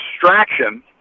distraction